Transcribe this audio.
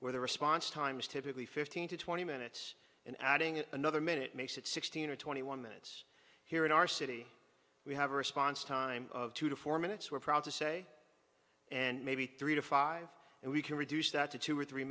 where the response time is typically fifteen to twenty minutes and adding another minute makes it sixteen or twenty one minutes here in our city we have a response time of two to four minutes we're proud to say and maybe three to five and we can reduce that to two or three